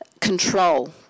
control